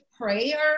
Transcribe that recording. prayer